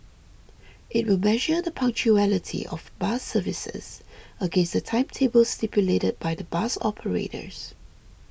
it will measure the punctuality of bus services against the timetables stipulated by the bus operators